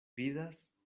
vidas